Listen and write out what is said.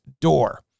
door